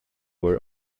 were